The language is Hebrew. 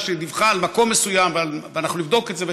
שדיווחה על מקום מסוים ואנחנו נבדוק את זה,